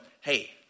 hey